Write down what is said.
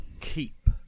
Keep